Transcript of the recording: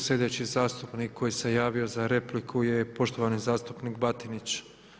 Slijedeći zastupnik koji se javio za repliku je poštovani zastupnik Batinić.